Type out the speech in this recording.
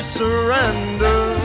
surrender